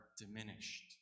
diminished